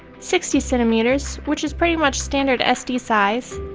sixty centimeters, which is pretty much standard sd size,